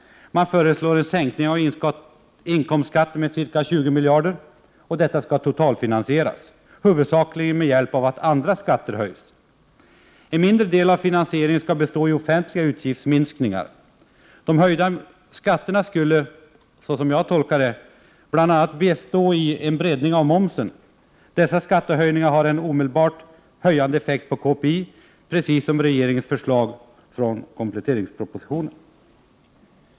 Man föreslår en sänkning av inkomstskatten med ca 20 miljarder. Detta skall totalfinansieras, huvudsakligen med hjälp av att andra skatter höjs. En mindre del av finansieringen skall bestå av offentliga utgiftsminskningar. De höjda skatterna skulle, som jag tolkar det, bl.a. bestå av en breddning av momsen. Dessa skattehöjningar har en omedelbart höjande effekt på KPI, precis som regeringens förslag i kompletteringspropositionen.